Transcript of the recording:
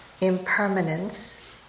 impermanence